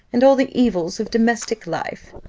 and all the evils of domestic life.